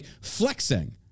flexing